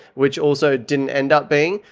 which also didn't end up being.